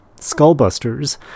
skullbusters